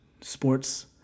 sports